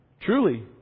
truly